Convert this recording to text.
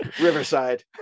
Riverside